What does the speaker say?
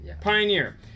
Pioneer